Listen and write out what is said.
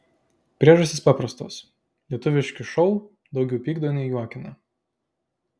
priežastys paprastos lietuviški šou daugiau pykdo nei juokina